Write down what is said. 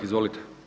Izvolite.